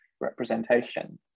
representation